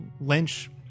lynch